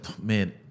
man